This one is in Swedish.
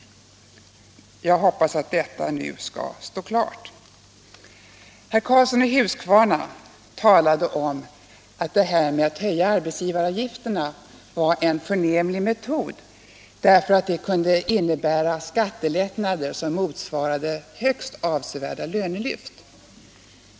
Jag hoppas att detta nu skall stå klart. Herr Karlsson i Huskvarna talade om att detta med att höja arbetsgivaravgifterna var en förnämlig metod därför att det kunde innebära skattelättnader som motsvarade högst avsevärda lönelyft.